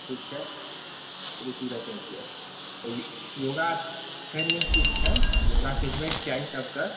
ठीक छै रूचि रखै छिऐ योगा छै नीक चीज छै योगा सिखबैके चाही सबके